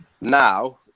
now